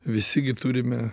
visi gi turime